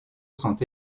sont